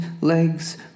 legs